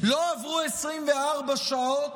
לא עברו 24 שעות